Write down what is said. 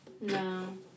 No